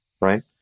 right